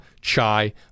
chai